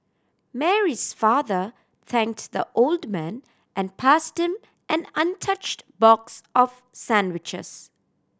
Mary's father thanks the old man and passed him an untouched box of sandwiches